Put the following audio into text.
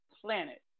planet